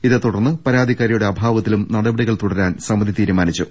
ഇതേ തുടർന്ന് പരാതിക്കാരിയുടെ അഭാവത്തിലും നടപടികൾ തുടരാൻ സമിതി തീരുമാനിച്ചു